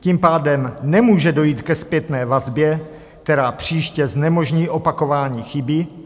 Tím pádem nemůže dojít ke zpětné vazbě, která příště znemožní opakování chyby.